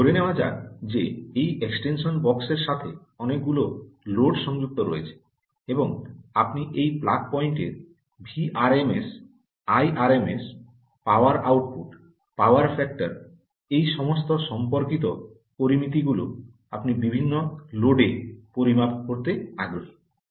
ধরে নেওয়া যাক যে এই এক্সটেনশন বক্সের সাথে অনেকগুলি লোড সংযুক্ত রয়েছে এবং আপনি এই প্লাগ পয়েন্টের VRMS IRMS power output power factor এই সমস্ত সম্পর্কিত পরামিতিগুলি আপনি বিভিন্ন লোডে পরিমাপ করতে আগ্রহী